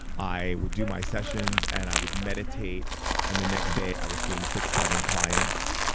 i would do my sessions and i would meditate and the next day, i was seeing six, seven clients.